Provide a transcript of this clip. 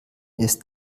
ist